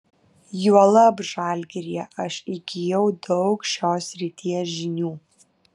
juolab žalgiryje aš įgijau daug šios srities žinių